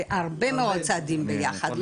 זה הרבה מאוד צעדים ביחד,